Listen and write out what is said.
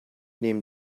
neben